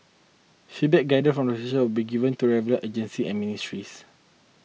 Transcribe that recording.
feedback gathered from the session be given to the relevant agency and ministries